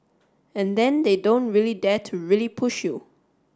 and then they don't really dare to really push you